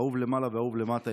אהוב למעלה ואהוב למטה,